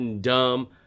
dumb